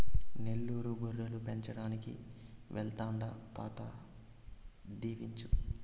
నెల్లూరు గొర్రెలు పెంచడానికి వెళ్తాండా తాత దీవించు